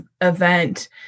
event